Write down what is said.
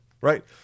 right